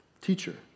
teacher